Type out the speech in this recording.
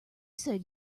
said